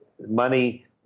Money